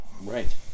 Right